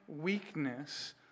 weakness